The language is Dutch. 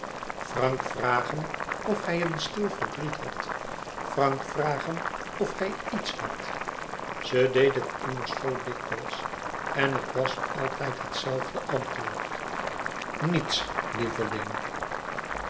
frank vragen of hij een stil verdriet had frank vragen of hij iets had ze deed het immers zoo dikwijls en het was altijd hetzelfde antwoord niets lieveling